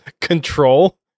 control